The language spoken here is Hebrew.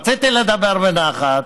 רציתי לדבר בנחת,